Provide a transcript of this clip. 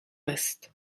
est